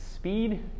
Speed